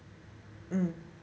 mm